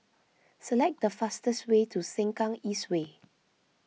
select the fastest way to Sengkang East Way